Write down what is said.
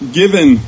given